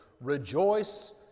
Rejoice